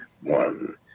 one